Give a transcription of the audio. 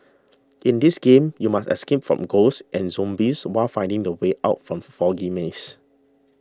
in this game you must escape from ghosts and zombies while finding the way out from foggy maze